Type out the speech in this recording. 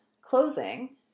closing